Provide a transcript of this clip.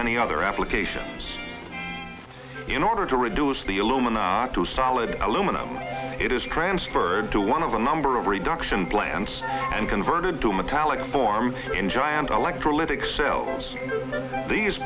many other applications in order to reduce the illuminati to solid aluminum it is transferred to one of a number reduction plants and converted to metallic form in giant electrolytic cells these